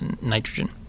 nitrogen